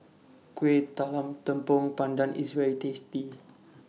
Kuih Talam Tepong Pandan IS very tasty